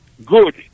good